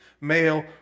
male